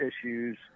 issues